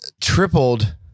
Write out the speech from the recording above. tripled